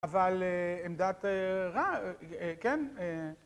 אבל... עמדת רע, כן.